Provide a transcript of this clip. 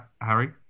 Harry